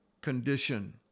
condition